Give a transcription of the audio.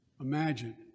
Imagine